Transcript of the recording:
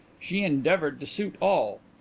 she endeavoured to suit all.